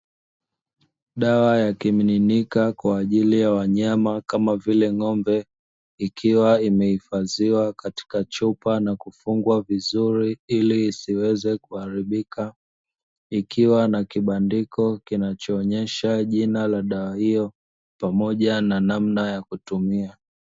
Dawa ya kimiminika kwaajili ya wanyama kama vile ng'ombe, ikiwa imehifadhiwa katika chupa na kufungwa vizuri ili isiweze kuharibika, ikiwa na kibandiko kinachoonyesha jina la dawa hiyo pamoja na namna ya kutumia.